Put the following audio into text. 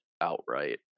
outright